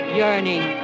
yearning